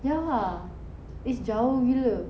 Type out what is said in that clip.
ya is jauh gila